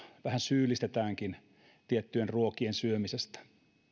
vähän syyllistetäänkin tiettyjen ruokien syömisestä